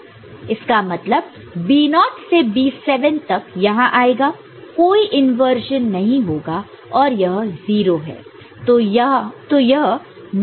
इसका मतलब B0 naught naught से B7 तक यहां आएगा कोई इंवर्जन नहीं होगा और यह 0 है